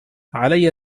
علي